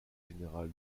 général